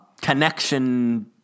connection